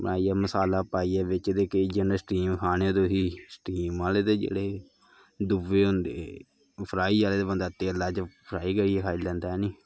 बनाइयै मसाला पाइयै बिच्च ते केईं जि'नें स्टीम खाने तुसें स्टीम आह्ले दे जेह्ड़े दूए होंदे ओह् फ्राई आह्ले बंदे तेलै च फ्राई करियै खाई लैंदा ऐ हैनी